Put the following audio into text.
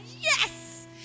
Yes